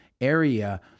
area